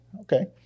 okay